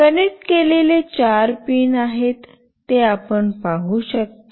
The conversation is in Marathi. कनेक्ट केलेले चार पिन आहेत ते आपण पाहू शकता